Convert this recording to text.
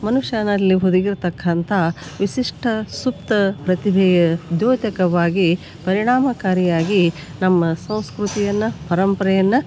ಮನುಷ್ಯನಲ್ಲಿ ಹುದುಗಿರ್ತಕ್ಕಂಥ ವಿಶಿಷ್ಟ ಸೂಕ್ತ ಪ್ರತಿಭೆಯ ದೊತಕವಾಗಿ ಪರಿಣಾಮಕಾರಿಯಾಗಿ ನಮ್ಮ ಸಂಸ್ಕೃತಿಯನ್ನ ಪರಂಪರೆಯನ್ನು